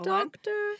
Doctor